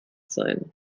sein